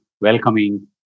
welcoming